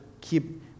keep